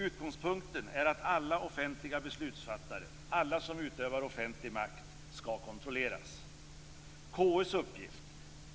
Utgångspunkten är att alla offentliga beslutsfattare, alla som utövar offentlig makt, skall kontrolleras. KU:s uppgift